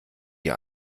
ihr